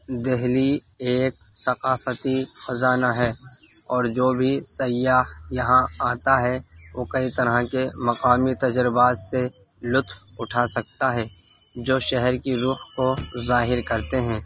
دہلی ایک ثقافتی خزانہ ہے اور جو بھی سیاح یہاں آتا ہے وہ کئی طرح کے مقامی تجربات سے لطف اٹھا سکتا ہے جو شہر کی رخ کو ظاہر کرتے ہیں